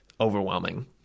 overwhelming